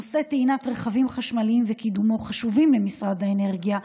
נושא טעינת רכבים חשמליים וקידומו חשובים למשרד האנרגיה,